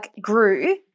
grew